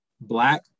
black